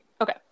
Okay